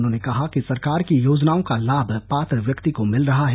उन्होंने कहा कि सरकार की योजनाओं का लाभ पात्र व्यक्ति को मिल रहा है